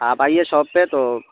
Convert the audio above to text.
آپ آئیے شاپ پہ تو